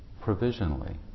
provisionally